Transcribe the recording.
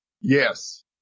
Yes